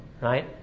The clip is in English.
right